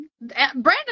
Brandon